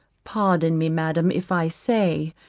pardon me, madam, if i say,